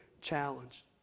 challenge